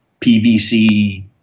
PVC